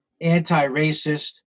anti-racist